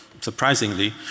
surprisingly